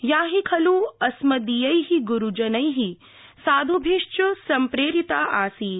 या हि खल् अस्मदीयै ग्रूजनै साध्भिश्च सम्प्रेरिता आसीत्